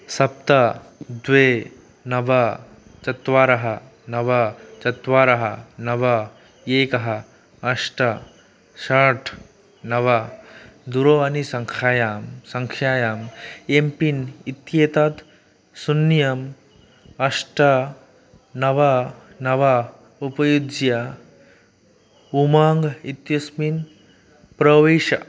सप्त द्वे नव चत्वारः नव चत्वारः नव एकः अष्ट षट् नव दूरवाणीसङ्खायां सङ्ख्यायाम् एम् पिन् इत्येतत् शून्यम् अष्ट नव नव उपयुज्य उमाङ्ग् इत्यस्मिन् प्रविश